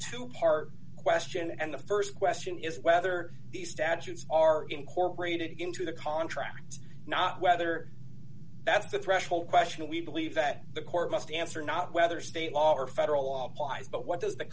two part question and the st question is whether these statutes are incorporated into the contract not whether that's a threshold question we believe that the court must answer not whether state law or federal law applies but what does the